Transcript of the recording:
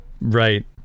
Right